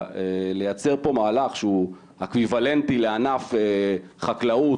לייצר פה מהלך שהוא אמביוולנטי לענף חקלאות,